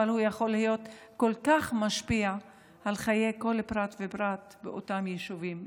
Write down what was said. אבל הוא יכול להיות כל כך משפיע על חיי כל פרט ופרט באותם יישובים,